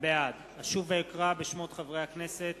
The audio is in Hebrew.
בעד אשוב ואקרא בשמות חברי הכנסת